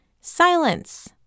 silence